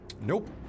Nope